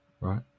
right